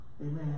Amen